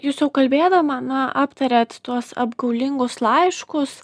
jūs jau kalbėdama na aptariat tuos apgaulingus laiškus